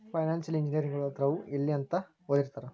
Financial ಇಂಜಿನಿಯರಗಳು ಆದವ್ರು ಯೆಲ್ಲಿತಂಕಾ ಓದಿರ್ತಾರ?